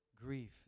grief